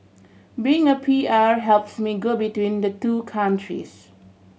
being a P R helps me go between the two countries